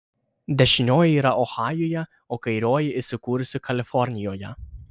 dešinioji yra ohajuje o kairioji įsikūrusi kalifornijoje